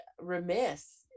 remiss